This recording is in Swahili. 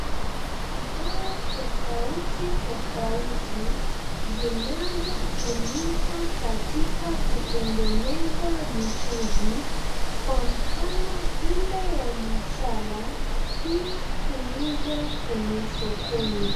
Bidhaa tofauti tofauti zinazotumika katika kutengeneza mchuzi kwa mfano ile ya masala pia huzwa kwenye sokoni.